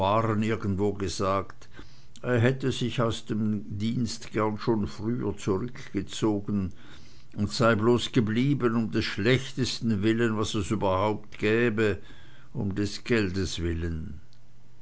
irgendwo gesagt er hätte sich aus dem dienst gern schon früher zurückgezogen und sei bloß geblieben um des schlechtesten willen was es überhaupt gäbe um des geldes willen